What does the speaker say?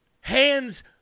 Hands